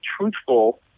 truthful